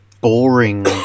boring